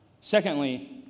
Secondly